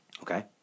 Okay